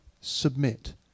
submit